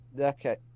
Okay